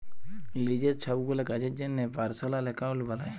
লিজের ছবগুলা কাজের জ্যনহে পার্সলাল একাউল্ট বালায়